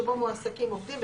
שבו מועסקים עובדים,